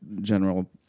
general